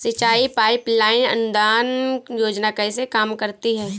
सिंचाई pipeline अनुदान योजना कैसे काम करती है?